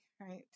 right